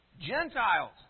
Gentiles